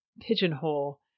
pigeonhole